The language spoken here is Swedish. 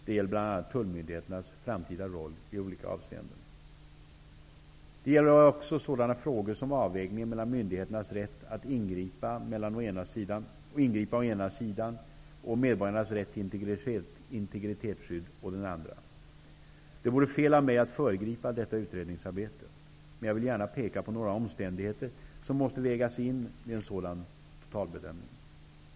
Det gäller bl.a. tullmyndigheternas framtida roll i olika avseenden. Det gäller också sådana frågor som avvägningen mellan myndigheternas rätt att ingripa å ena sidan och medborgarnas rätt till integritetsskydd å den andra. Det vore fel av mig att föregripa detta utredningsarbete. Men jag vill gärna peka på några omständigheter, som måste vägas in vid en totalbedömning.